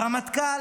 רמטכ"ל,